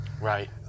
Right